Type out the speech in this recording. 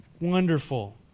Wonderful